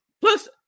Plus